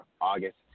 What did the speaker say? August